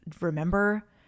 remember